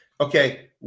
Okay